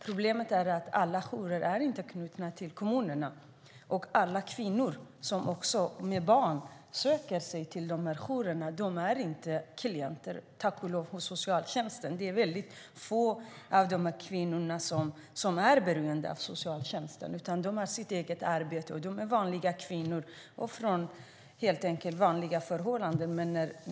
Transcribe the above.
Problemet är att alla jourer inte är knutna till kommunerna. Det är inte alla kvinnor, också med barn, som söker sig till dessa jourer som är klienter hos socialtjänsten, tack och lov. Det är få av dessa kvinnor som är beroende av socialtjänsten. De har eget arbete - det är vanliga kvinnor, helt enkelt från vanliga förhållanden.